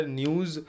news